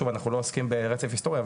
שוב אנחנו לא עוסקים ברצף היסטוריה,